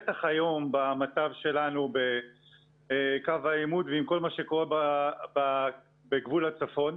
בטח היום במצב שלנו בקו העימות ועם כל מה שקורה בגבול הצפון.